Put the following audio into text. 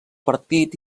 partit